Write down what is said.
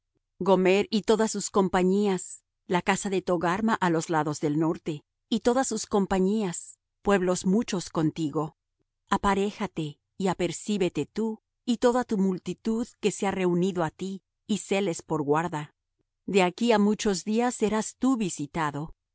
gomer y todas sus compañías la casa de togarma á los lados del norte y todas sus compañías pueblos muchos contigo aparéjate y apercíbete tú y toda tu multitud que se ha reunido á ti y séles por guarda de aquí á muchos días serás tú visitado